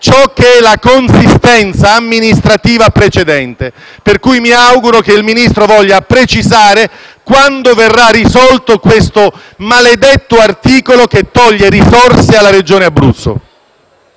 azzerare la consistenza amministrativa precedente. Mi auguro allora che il Ministro voglia precisare quando verrà risolto questo maledetto articolo che toglie risorse alla Regione Abruzzo.